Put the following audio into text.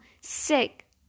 sick